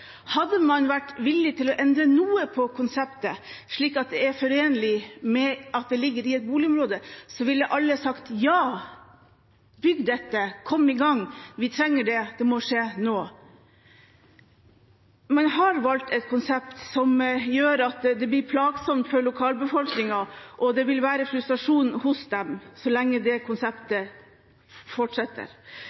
Hadde man vært villig til å endre noe på konseptet, slik at det var forenlig med at det ligger ved et boligområde, ville alle sagt: Ja, bygg dette, kom i gang, vi trenger det, det må skje nå! Men man har valgt et konsept som gjør at det blir plagsomt for lokalbefolkningen, og det vil være frustrasjon hos dem så lenge konseptet fortsetter.